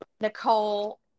Nicole